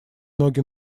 ноги